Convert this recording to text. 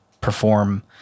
perform